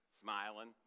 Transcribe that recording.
smiling